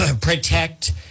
protect